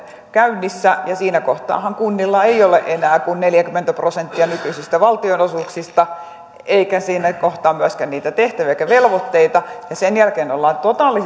käynnissä ja siinä kohtaahan kunnilla ei ole enää kuin neljäkymmentä prosenttia nykyisistä valtionosuuksista eikä siinä kohtaa myöskään niitä tehtäviä eikä velvoitteita ja sen jälkeen ollaan totaalisesti